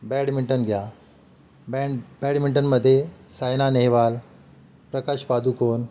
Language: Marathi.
बॅडमिंटन घ्या बॅड बॅडमिंटनमध्ये सायना नेहवाल प्रकाश पादुकोण